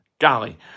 golly